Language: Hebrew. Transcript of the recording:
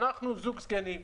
אנחנו זוג זקנים,